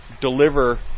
deliver